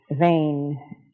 vain